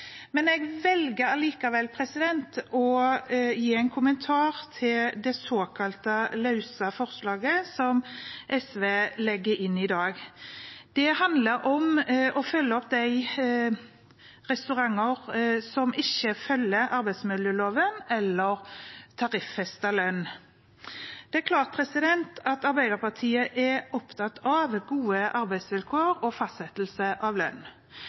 Jeg velger allikevel å gi en kommentar til det løse forslaget som SV legger inn i dag. Det handler om å følge opp de restaurantene som ikke følger arbeidsmiljøloven eller tariffestet lønn. Det er klart at Arbeiderpartiet er opptatt av gode arbeidsvilkår og fastsettelse av lønn,